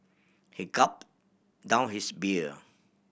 he gulped down his beer